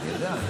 אני יודע.